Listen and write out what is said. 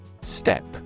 Step